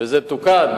וזה תוקן,